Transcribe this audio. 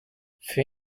für